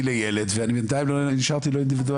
ילד ובינתיים נשארתי לא אינדיבידואלי.